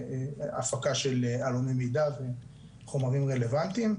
הפקה של עלוני מידע וחומרים רלוונטיים.